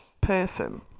person